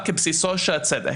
כבסיסו של הצדק".